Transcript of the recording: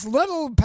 Little